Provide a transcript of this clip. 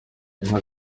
inka